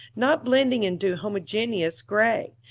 not blending into homogeneous gray,